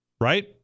right